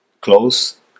close